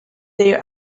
their